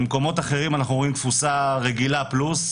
במקומות אחרים אנחנו רואים תפוסה רגילה פלוס,